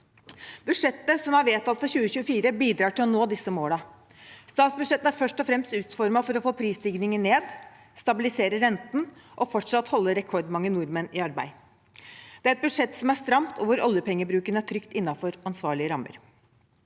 Budsjettet som er vedtatt for 2024, bidrar til å nå disse målene. Statsbudsjettet er først og fremst utformet for å få prisstigningen ned, stabilisere renten og fortsatt holde rekordmange nordmenn i arbeid. Det er et budsjett som er stramt, og hvor oljepengebruken er trygt innenfor ansvarlige rammer.